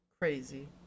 crazy